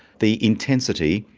the intensity,